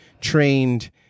trained